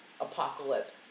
apocalypse